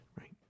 Right